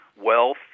Wealth